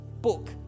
book